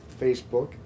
Facebook